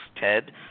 Ted